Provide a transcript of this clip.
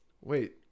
wait